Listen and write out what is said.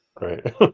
Right